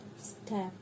Step